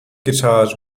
guitars